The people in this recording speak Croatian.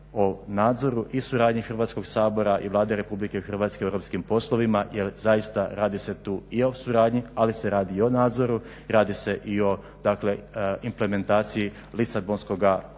o nadzoru i suradnji Hrvatskog sabora i Vlade RH u europskim poslovima jer zaista radi se tu i o suradnji, ali se radi i o nadzoru, radi se i o dakle implementaciji Lisabonskog ugovora